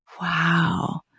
Wow